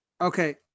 Okay